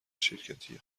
شرکتی